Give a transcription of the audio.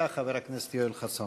חברי הכנסת זהבה גלאון ויואל חסון.